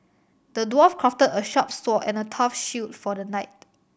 the dwarf crafted a sharp sword and a tough shield for the knight